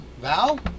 Val